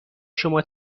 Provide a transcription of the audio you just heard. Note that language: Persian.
شما